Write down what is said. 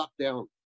lockdown